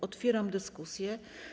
Otwieram dyskusję.